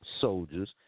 soldiers